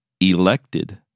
elected